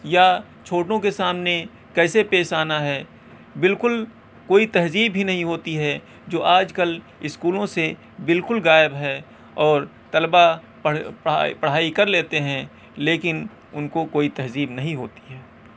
یا چھوٹوں کے سامنے کیسے پیش آنا ہے بالکل کوئی تہذیب ہی نہیں ہوتی ہے جو آج کل اسکولوں سے بالکل غائب ہے اور طلباء پڑھ پڑھائی پڑھائی کر لیتے ہیں لیکن اُن کو کوئی تہذیب نہیں ہوتی ہے